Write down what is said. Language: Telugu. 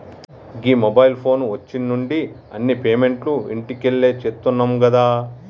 గీ మొబైల్ ఫోను వచ్చిన్నుండి అన్ని పేమెంట్లు ఇంట్లకెళ్లే చేత్తున్నం గదా